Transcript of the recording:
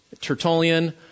Tertullian